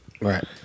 Right